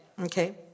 okay